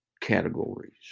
categories